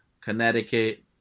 Connecticut